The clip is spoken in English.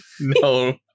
No